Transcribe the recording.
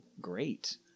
great